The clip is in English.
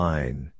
Line